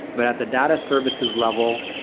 but at the data services level,